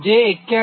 જે 81